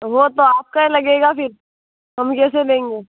वह तो आपका लगेगा फिर हम कैसे देंगे